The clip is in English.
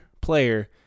player